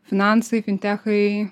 finansai fintechai